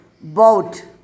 boat